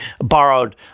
borrowed